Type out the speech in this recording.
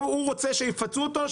הוא רוצה שיפצו אותו?